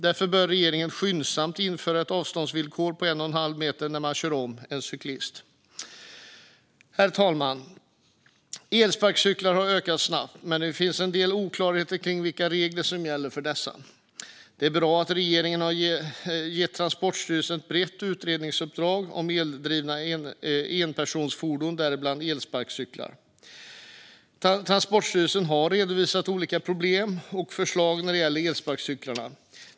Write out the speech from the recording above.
Därför bör regeringen skyndsamt införa ett avståndsvillkor på en och en halv meter för en bil som kör om en cyklist. Herr talman! Antalet elsparkcyklar har ökat snabbt. Men det finns en del oklarheter om vilka regler som gäller för dessa. Det är bra att regeringen har gett Transportstyrelsen ett brett utredningsuppdrag om eldrivna enpersonsfordon, däribland elsparkcyklar. Transportstyrelsen har redovisat olika problem och förslag när det gäller elsparkcyklarna.